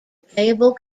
playable